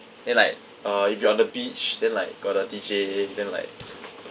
then like uh if you're on the beach then like got a D_J then like